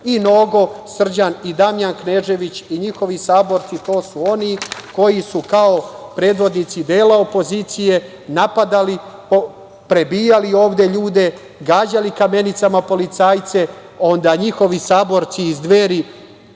Nogo i Damjan Knežević i njihovi saborci, to su oni koji su kao predvodnici dela opozicije napadali, prebijali ovde ljude, gađali kamenicama policajce. Njihovi saborci iz Dveri